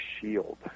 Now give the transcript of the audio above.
shield